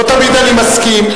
לא תמיד אני מסכים.